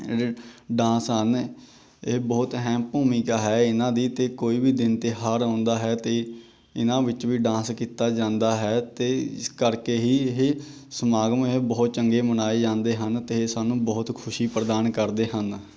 dance ਹਨ ਇਹ ਬਹੁਤ ਅਹਿਮ ਭੂਮਿਕਾ ਹੈ ਇਹਨਾਂ ਦੀ ਅਤੇ ਕੋਈ ਵੀ ਦਿਨ ਤਿਉਹਾਰ ਆਉਂਦਾ ਹੈ ਅਤੇ ਇਹਨਾਂ ਵਿੱਚ ਵੀ ਡਾਂਸ ਕੀਤਾ ਜਾਂਦਾ ਹੈ ਅਤੇ ਇਸ ਕਰਕੇ ਹੀ ਇਹ ਸਮਾਗਮ ਇਹ ਬਹੁਤ ਚੰਗੇ ਮਨਾਏ ਜਾਂਦੇ ਹਨ ਅਤੇ ਸਾਨੂੰ ਬਹੁਤ ਖੁਸ਼ੀ ਪ੍ਰਦਾਨ ਕਰਦੇ ਹਨ